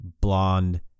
Blonde